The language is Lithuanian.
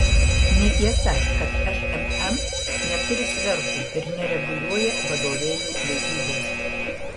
netiesa kad šmm neturi svertų ir nereguliuoja vadovėlių leidybos